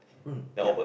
mm ya